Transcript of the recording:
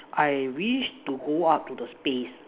I wish to go up to the space